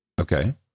Okay